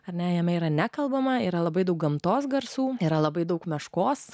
ar ne jame yra nekalbama yra labai daug gamtos garsų yra labai daug meškos